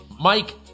mike